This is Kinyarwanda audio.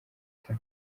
mpita